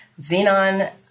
xenon